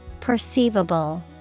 Perceivable